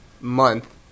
month